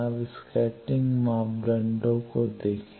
अब स्कैटरिंग मापदंडों को देखें